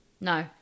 No